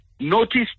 Notice